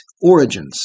origins